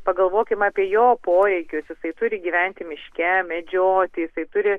pagalvokim apie jo poreikius jisai turi gyventi miške medžioti jisai turi